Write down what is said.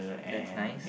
that's nice